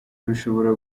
bishobora